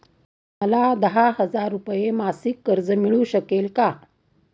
मला दहा हजार रुपये मासिक कर्ज मिळू शकेल का?